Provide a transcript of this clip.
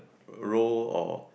role or